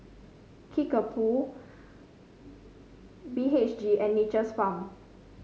Kickapoo B H G and Nature's Farm